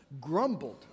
grumbled